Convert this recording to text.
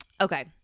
Okay